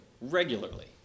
regularly